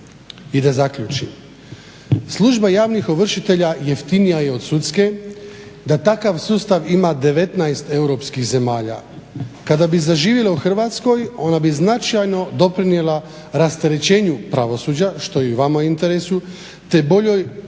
I da zaključim. Služba javnih ovršitelja jeftinija je od sudske da takav sustav ima 19 europskih zemalja. Kada bi zaživjelo u Hrvatskoj onda bi značajno doprinijela rasterećenju pravosuđa što je i vama u interesu te boljoj